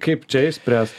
kaip čia išspręst